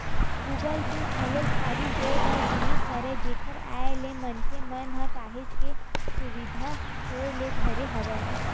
Google Pay घलोक भारी जोरदार जिनिस हरय एखर आय ले मनखे मन ल काहेच के सुबिधा होय ल धरे हवय